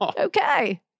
Okay